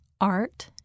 art